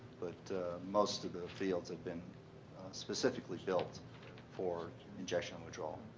but most of the fields have been specifically built for injection withdrawal.